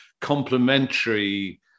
complementary